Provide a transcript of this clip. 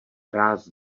ráz